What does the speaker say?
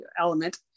element